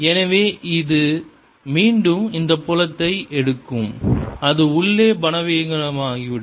எனவே இது மீண்டும் இந்த புலத்தை எடுக்கும் அது உள்ளே பலவீனமாகிவிடும்